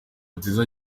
nziza